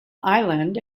island